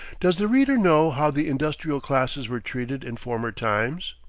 does the reader know how the industrial classes were treated in former times?